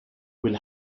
will